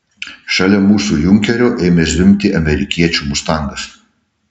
šalia mūsų junkerio ėmė zvimbti amerikiečių mustangas